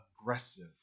aggressive